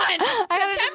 September